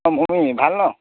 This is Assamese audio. অঁ মৰমী ভাল ন